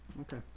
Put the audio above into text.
okay